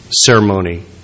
ceremony